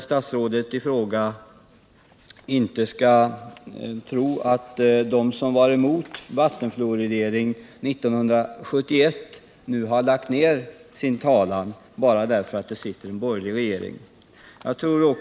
Statsrådet i fråga skall inte tro att de som var emot vattenfluoridering 1971 nu har lagt ner sin talan bara därför att det sitter en borgerlig regering.